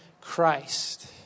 Christ